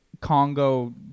Congo